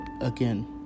again